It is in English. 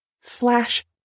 slash